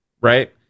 right